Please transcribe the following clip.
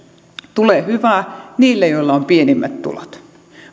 tulee hyvää niille joilla on pienimmät tulot